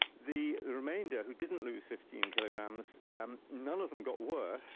the remainder who didn't lose fifteen kg, um um none of them got worse.